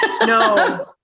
no